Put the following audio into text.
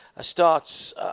starts